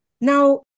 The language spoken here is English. Now